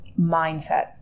mindset